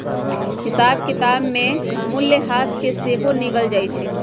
हिसाब किताब में मूल्यह्रास के सेहो गिनल जाइ छइ